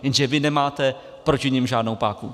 Jenže vy nemáte proti nim žádnou páku.